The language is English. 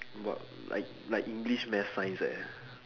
but like like english maths science eh